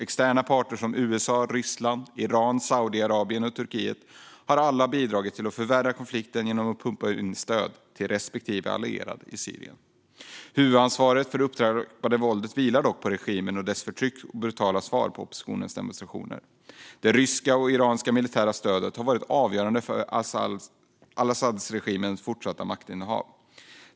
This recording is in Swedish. Externa parter som USA, Ryssland, Iran, Saudiarabien och Turkiet har alla bidragit till att förvärra konflikten genom att pumpa in stöd till sina respektive allierade i Syrien. Huvudansvaret för det upptrappade våldet vilar dock på regimen genom dess förtryck och brutala svar på oppositionens demonstrationer. Det ryska och iranska militära stödet har varit avgörande för al-Asadregimens fortsatta maktinnehav.